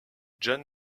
john